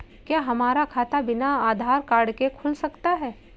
क्या हमारा खाता बिना आधार कार्ड के खुल सकता है?